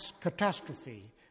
catastrophe